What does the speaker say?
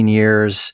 years